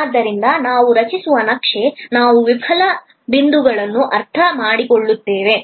ಆದ್ದರಿಂದ ನಾವು ರಚಿಸುವ ನಕ್ಷೆ ನಾವು ವಿಫಲ ಬಿಂದುಗಳನ್ನು ಅರ್ಥಮಾಡಿಕೊಳ್ಳುತ್ತೇವೆ